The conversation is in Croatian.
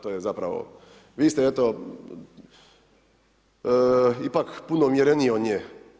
To je zapravo, vi ste eto, ipak puno umjereniji od nje.